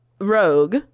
rogue